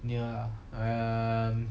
near ah I um